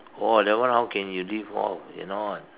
oh that one how can you live off cannot